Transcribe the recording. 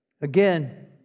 Again